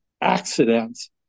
accidents